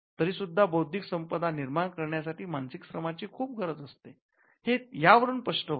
तरी सुद्धा बौद्धिक संपदा निर्माण करण्यासाठी मानसिक श्रमांची खूप गरज असते हे यावरून स्पष्ट होते